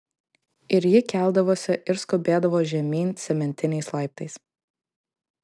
ir ji keldavosi ir skubėdavo žemyn cementiniais laiptais